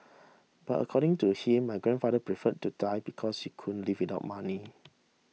but according to him my grandfather preferred to die because he couldn't live without money